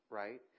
right